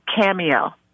Cameo